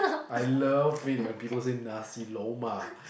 I love it when people say nasi-lemak